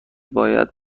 باید